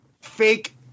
fake